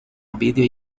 ovidio